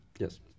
Yes